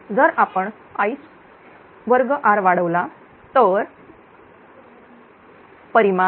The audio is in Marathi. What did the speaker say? जर आपणI2r वाढवला तर ।I। हे I चे परिमाण